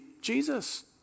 Jesus